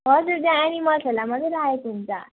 हजुर त्यहाँ एनिमल्सहरूलाई मात्रै राखेको हुन्छ